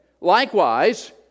Likewise